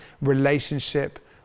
relationship